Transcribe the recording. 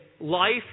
life